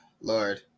Lord